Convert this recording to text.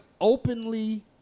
openly